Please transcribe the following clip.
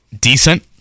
decent